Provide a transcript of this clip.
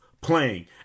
playing